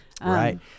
Right